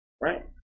right